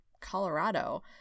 Colorado